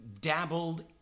dabbled